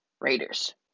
Raiders